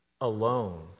alone